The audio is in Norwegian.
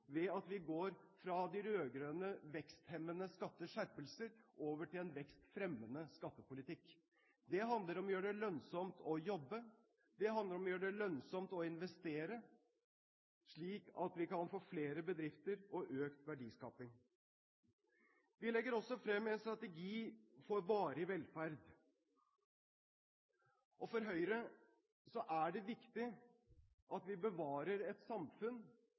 ved at vi går fra de rød-grønnes veksthemmende skatteskjerpelser over til en vekstfremmende skattepolitikk. Det handler om å gjøre det lønnsomt å jobbe, det handler om å gjøre det lønnsomt å investere, slik at vi kan få flere bedrifter og økt verdiskaping. Vi legger også frem en strategi for varig velferd. For Høyre er det viktig at vi bevarer et samfunn